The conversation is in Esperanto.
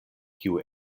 kiu